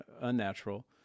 unnatural